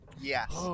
Yes